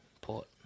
Port